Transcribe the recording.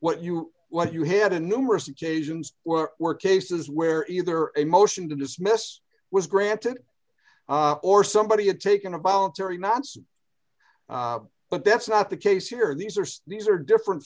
what you what you had a numerous occasions where were cases where either a motion to dismiss was granted or somebody had taken a voluntary nonce but that's not the case here these are these are different